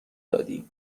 دادی